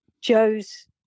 Joe's